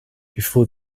before